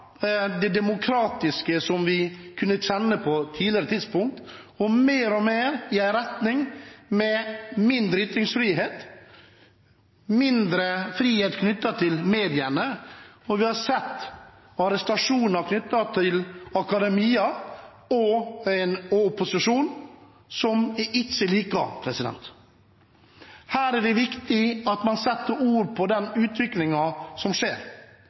det demokratiske – som vi kunne kjenne på et tidligere tidspunkt – og mer og mer i retning av mindre ytringsfrihet, mindre frihet for mediene. Vi har sett arrestasjoner knyttet til akademia og opposisjon, som jeg ikke liker. Her er det viktig at man setter ord på den utviklingen som skjer.